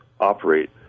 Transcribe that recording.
operate